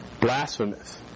blasphemous